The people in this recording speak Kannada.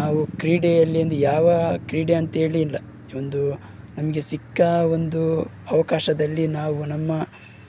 ನಾವು ಕ್ರೀಡೆಯಲ್ಲೊಂದು ಯಾವ ಕ್ರೀಡೆ ಅಂಥೇಳಿ ಇಲ್ಲ ಒಂದು ನಮಗೆ ಸಿಕ್ಕ ಒಂದು ಅವಕಾಶದಲ್ಲಿ ನಾವು ನಮ್ಮ